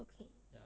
okay